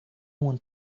want